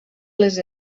les